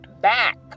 back